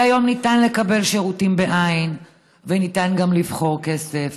היום ניתן לקבל שירותים בעין וניתן גם לבחור כסף,